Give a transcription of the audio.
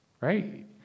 right